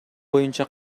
боюнча